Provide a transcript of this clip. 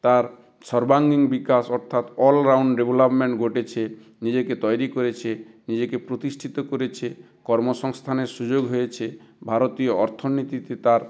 তার সর্বাঙ্গীন বিকাশ অর্থাৎ অলরাউণ্ড ডেভেলপমেন্ট ঘটেছে নিজেকে তৈরি করেছে নিজেকে প্রতিষ্ঠিত করেছে কর্মসংস্থানের সুযোগ হয়েছে ভারতীয় অর্থনীতিতে তার